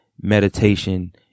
meditation